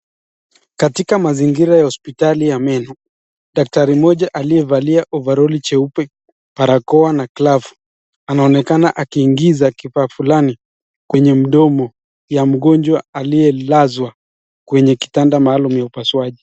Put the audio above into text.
Katika mazingira ya hosiptali ya meno, daktari mmoja aliyevalia ovaroli jeupe, barakoa na glavu, anaonekana akiingiza kifaa fulani kwenye mdomo ya mgonjwa aliyelazwa kwenye kitanda maalum ya upasuaji.